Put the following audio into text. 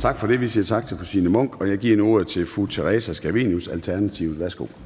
Tak for det. Vi siger tak til fru Signe Munk. Og jeg giver nu ordet til fru Theresa Scavenius, Alternativet. Værsgo. Kl. 13:22